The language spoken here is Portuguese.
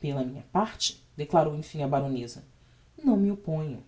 pela minha parte declarou emfim a baroneza não me opponho